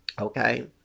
Okay